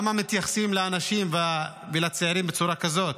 למה מתייחסים לאנשים ולצעירים בצורה כזאת?